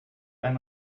ein